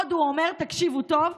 עוד הוא אומר, תקשיבו טוב: